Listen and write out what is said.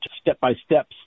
step-by-steps